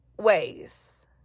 ways